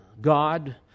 God